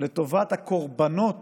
לטובת הקורבנות